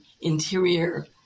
interior